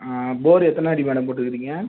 போர் எத்தனை அடி மேடம் போட்டுக்கிறீங்க